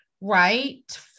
right